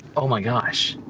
oh my gosh.